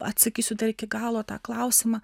atsakysiu dar iki galo tą klausimą